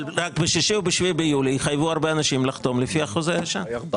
אבל ב-6 ו-7 ביולי יחייבו הרבה אנשים לחתום לפי החוזה הישן.